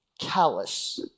callous